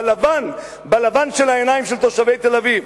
בלבן של העיניים של תושבי תל-אביב,